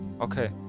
okay